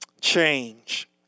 Change